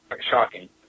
shocking